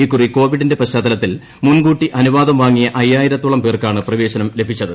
ഇക്കുറി കോവിഡിന്റെ പൃശ്ചാത്തലത്തിൽ മുൻകൂട്ടി അനുവാദം വാങ്ങിയ അയ്യായിരത്തോൾം പേർക്കാണ് പ്രവേശനം ലഭിച്ചത്